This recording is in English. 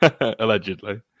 Allegedly